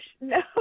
No